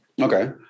okay